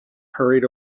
hurried